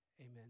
Amen